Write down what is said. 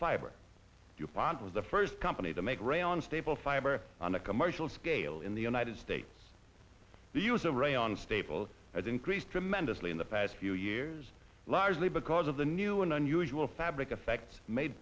fiber you plant was the first company to make rail and staple fiber on a commercial scale in the united states the use of re on staples has increased tremendously in the past few years largely because of the new and unusual fabric effect made